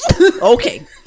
okay